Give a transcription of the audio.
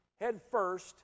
headfirst